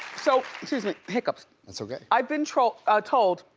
so hiccups. that's okay. i've been told ah told